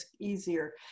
easier